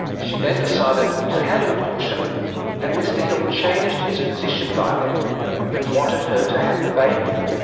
she then decided to have an abortion and mr hill changed his position by then and wanted her to have the baby.